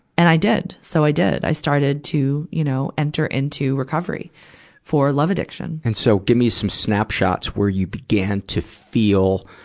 and i did. so i did. i started to, you know, enter into recovery for love addiction. and so, give me some snapshots where you began to feel,